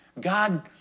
God